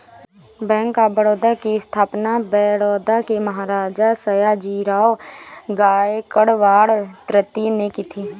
bank of Baroda की स्थापना बड़ौदा के महाराज सयाजीराव गायकवाड तृतीय ने की थी